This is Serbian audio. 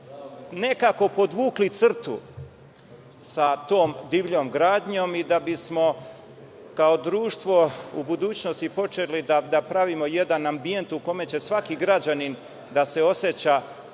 nekako podvukli crtu sa tom divljom gradnjom i da bismo kao društvo u budućnosti počeli da pravimo jedan ambijent u kome će svaki građanin da se oseća